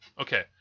okay